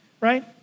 right